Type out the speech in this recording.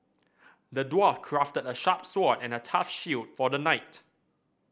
the dwarf crafted a sharp sword and a tough shield for the knight